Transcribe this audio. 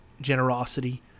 generosity